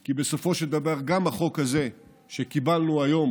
כי בסופו של דבר גם החוק הזה שקיבלנו היום,